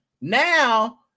now